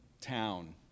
town